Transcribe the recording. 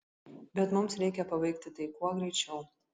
bet mums reikia pabaigti tai kuo greičiau